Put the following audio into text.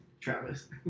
Travis